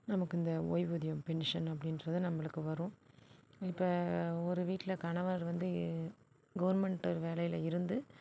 நமக்கு இந்த ஓய்வூதியம் பென்ஷன் அப்படின்றது நம்பளுக்கு வரும் இப்போ ஒரு வீட்டில் கணவர் வந்து கவர்மெண்ட் வேலையில் இருந்து